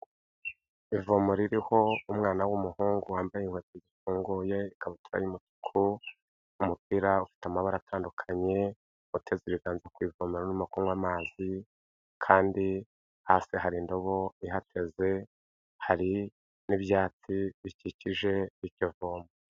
Ivomo ririho umwana w'umuhungu wambaye inkweto zifunguye, ikabutura y'umutu, umupira ufite amabara atandukanye uteze ibiganza ku ivoma urimo kunywa amazi; kandi hasi hari indobo ihateze, hari n'ibyatsi bikikije iryo vomo.